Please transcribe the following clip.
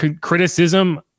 criticism